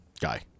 Guy